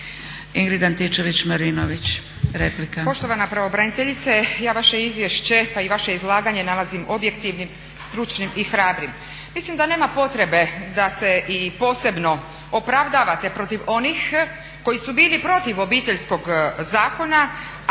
**Antičević Marinović, Ingrid (SDP)** Poštovana pravobraniteljice, ja vaše izvješće pa i vaše izlaganje nalazim objektivnim, stručnim i hrabrim. Mislim da nema potrebe da se i posebno opravdate protiv onih koji su bili protiv Obiteljskog zakona,